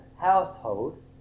household